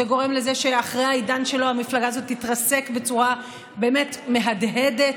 שזה גורם לזה שאחרי העידן שלו המפלגה הזאת תתרסק בצורה באמת מהדהדת,